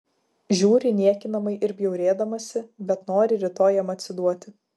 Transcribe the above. žiūri niekinamai ir bjaurėdamasi bet nori rytoj jam atsiduoti